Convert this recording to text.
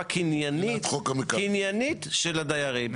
קניינית קניינית! של הדיירים.